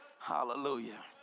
Hallelujah